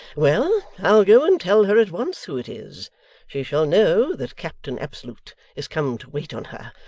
well, i'll go and tell her at once who it is she shall know that captain absolute is come to wait on her.